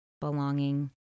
belonging